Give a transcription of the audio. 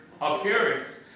appearance